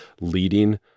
leading